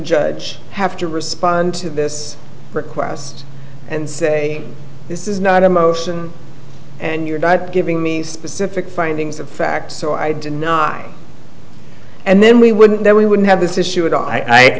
judge have to respond to this request and say this is not a motion and you're not giving me specific findings of fact so i did not and then we wouldn't that we wouldn't have this issue at all i